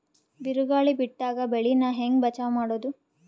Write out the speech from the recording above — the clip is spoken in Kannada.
ಬಿರುಗಾಳಿ ಬಿಟ್ಟಾಗ ಬೆಳಿ ನಾ ಹೆಂಗ ಬಚಾವ್ ಮಾಡೊದು?